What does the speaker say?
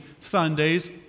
Sundays